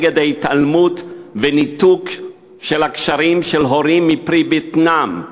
נגד ההתעלמות וניתוק הקשרים של הורים מפרי בטנם,